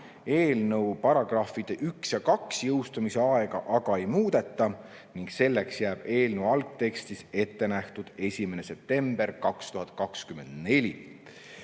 Eelnõu §‑de 1 ja 2 jõustumise aega aga ei muudeta ning selleks jääb eelnõu algtekstis ette nähtud 1. september 2024.